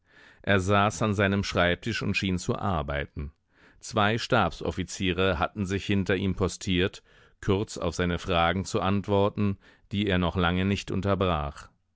er saß an seinem schreibtisch und schien zu arbeiten zwei stabsoffiziere hatten sich hinter ihm postiert kurz auf seine fragen zu antworten die er noch lange nicht unterbrach